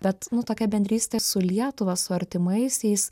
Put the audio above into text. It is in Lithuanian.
bet nu tokia bendrystė su lietuva su artimaisiais